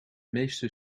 meeste